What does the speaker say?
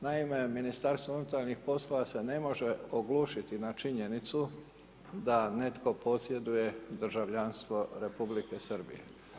Naime, Ministarstvo unutarnjih poslova se ne može oglušiti na činjenicu da netko posjeduje državljanstvo Republike Srbije.